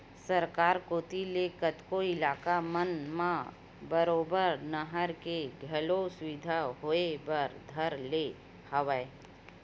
सरकार कोती ले कतको इलाका मन म बरोबर नहर के घलो सुबिधा होय बर धर ले हवय